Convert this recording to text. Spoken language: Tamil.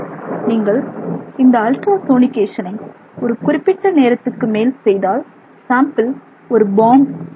நீங்கள் இந்த அல்ட்ரா சோனிகேஷனை ஒரு குறிப்பிட்ட நேரத்திற்கு மேல் செய்தால் சாம்பிள் ஒரு பாம் போல் ஆகிவிடும்